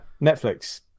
Netflix